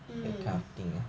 mm